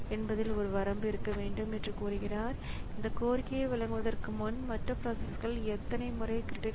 எனவே IO கோரிக்கை செய்யப்படும்போது உபகரணத்திற்கு தகவல் தெரிவிக்கப்படுகிறது